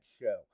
show